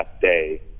day